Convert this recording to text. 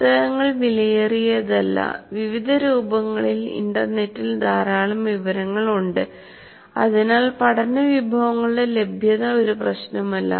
പുസ്തകങ്ങൾ വിലയേറിയതല്ല വിവിധ രൂപങ്ങളിൽ ഇൻറർനെറ്റിൽ ധാരാളം വിവരങ്ങൾ ഉണ്ട് അതിനാൽ പഠന വിഭവങ്ങളുടെ ലഭ്യത ഒരു പ്രശ്നമല്ല